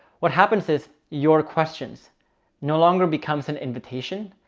what happens is your questions no longer becomes an invitation.